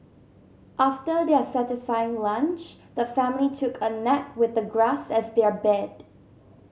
after their satisfying lunch the family took a nap with the grass as their bed